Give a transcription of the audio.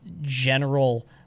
general